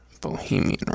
bohemian